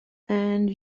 and